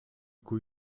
cui